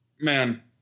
Man